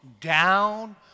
down